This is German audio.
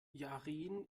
yaren